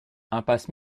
impasse